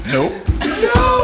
Nope